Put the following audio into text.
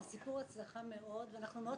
זה סיפור הצלחה מאוד ואנחנו מאוד